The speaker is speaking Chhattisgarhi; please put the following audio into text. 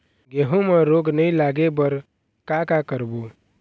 गेहूं म रोग नई लागे बर का का करबो?